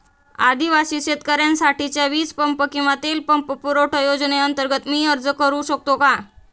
आदिवासी शेतकऱ्यांसाठीच्या वीज पंप किंवा तेल पंप पुरवठा योजनेअंतर्गत मी अर्ज करू शकतो का?